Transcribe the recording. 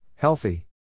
Healthy